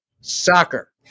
Soccer